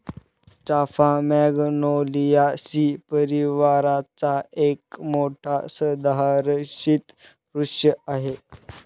चाफा मॅग्नोलियासी परिवाराचा एक मोठा सदाहरित वृक्ष आहे